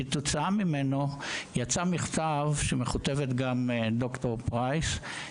כתוצאה מהליך זה יצא מכתב אליו מכותבת גם דוקטור פרייס.